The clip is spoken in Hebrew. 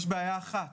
יש בעיה, אחת,